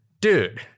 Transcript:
Dude